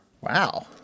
Wow